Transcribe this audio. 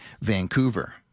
Vancouver